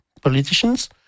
politicians